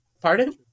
Pardon